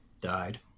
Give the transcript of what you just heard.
died